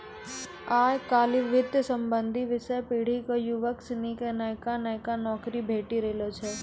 आय काइल वित्त संबंधी विषय पढ़ी क युवक सनी क नयका नयका नौकरी भेटी रहलो छै